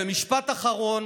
משפט אחרון.